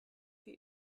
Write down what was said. für